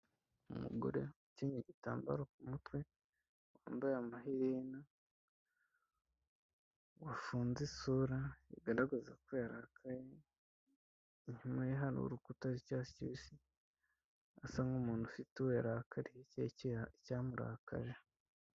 Umugore ukenyeye igitambaro ku mutwe, wambaye amaherena, wafunze isura, bigaragaza ko yarakaye, inyuma ye hari urukuta rw'icyaitsi kibisi, asa nk'umuntu ufite uwo yarakariye, cyangwa icyamurakaje.